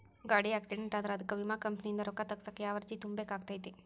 ಗಾಡಿ ಆಕ್ಸಿಡೆಂಟ್ ಆದ್ರ ಅದಕ ವಿಮಾ ಕಂಪನಿಯಿಂದ್ ರೊಕ್ಕಾ ತಗಸಾಕ್ ಯಾವ ಅರ್ಜಿ ತುಂಬೇಕ ಆಗತೈತಿ?